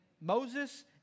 Moses